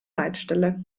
leitstelle